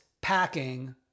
packing